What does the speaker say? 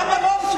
למה לא?